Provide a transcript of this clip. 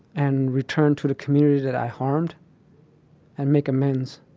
and return to the community that i harmed and make amends.